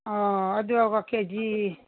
ꯑꯣ ꯑꯗꯨ ꯀꯦꯖꯤ